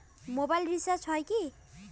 Mobile recharge হয় কি?